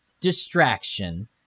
distraction